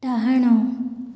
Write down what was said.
ଡାହାଣ